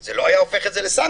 אז זה לא היה הופך את זה לסנקציה.